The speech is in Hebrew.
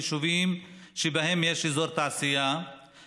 ביישובים שבהם יש אזור תעשייה,